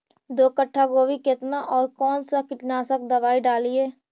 दो कट्ठा गोभी केतना और कौन सा कीटनाशक दवाई डालिए?